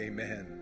Amen